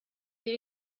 bir